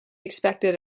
expected